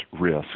risk